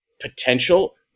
potential